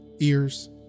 ears